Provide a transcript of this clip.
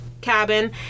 cabin